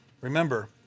Remember